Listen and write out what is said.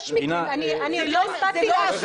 יש מקרים --- זה לא עשרות,